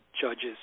judges